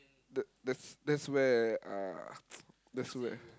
that that's that's where uh that's where